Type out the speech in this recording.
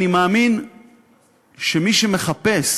אני מאמין שמי שמחפש